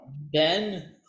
ben